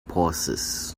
pauses